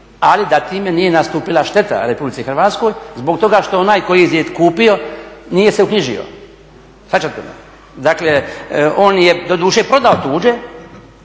ali da time nije nastupila šteta RH zbog toga što onaj koji je kupio nije se uknjižio. Shvaćate me? Dakle, on je doduše prodao tuđe,